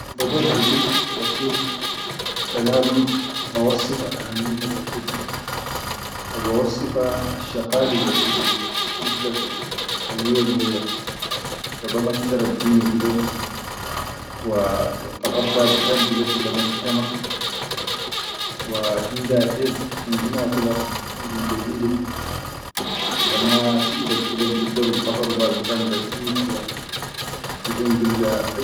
Kan bador ba bii watir le nadum ba wassifaha ahammital watir di, wa ba wassifa asshaqalil watir di, tigdar yani tisawwiyan leyya, shaba da ma ti sharab dine bilen wa kan khadar ba bikan katir kula inji jadide, allema ma tiʼebat bilen bigdoro bikhaduru be ha bikan baʼieed kula bi don bilga.